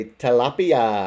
tilapia